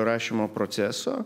rašymo proceso